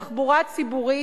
תחבורה ציבורית,